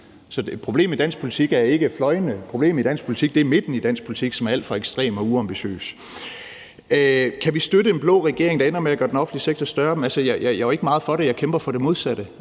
Så problemet i dansk politik er ikke fløjene – problemet i dansk politik er midten i dansk politik, som er alt for ekstrem og uambitiøs. Kan vi støtte en blå regering, der ender med at gøre den offentlige sektor større? Jamen altså, jeg er jo ikke meget for det; jeg kæmper for det modsatte